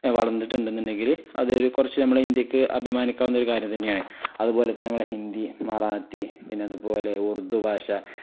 വളന്നിട്ടുണ്ട് എന്നുണ്ടെങ്കിൽ അതൊരു കുറച്ചു നമ്മൾ ഇന്ത്യക്ക് അഭിമാനിക്കാവുന്ന ഒരു കാര്യം തന്നെയാണ് അതുപോലെ തന്നെ നമ്മെ ഹിന്ദി മറാത്തി പിന്നെ അതുപോലെ ഉറുദു ഭാഷ